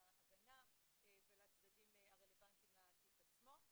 להגנה ולצדדים הרלבנטיים לתיק עצמו,